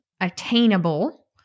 attainable